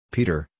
Peter